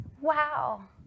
Wow